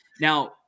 Now